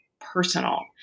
personal